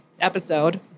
episode